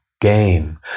game